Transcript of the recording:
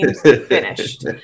finished